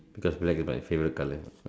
because black is my favourite colour